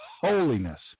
holiness